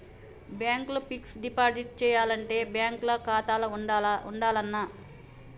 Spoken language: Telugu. బ్యాంక్ ల ఫిక్స్ డ్ డిపాజిట్ చేయాలంటే బ్యాంక్ ల ఖాతా ఉండాల్నా?